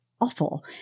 awful